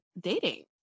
dating